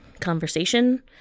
conversation